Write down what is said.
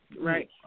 Right